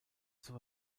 zur